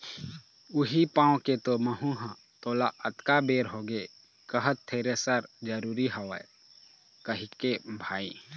उही पाय के तो महूँ ह तोला अतका बेर होगे कहत थेरेसर जरुरी हवय कहिके भाई